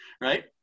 right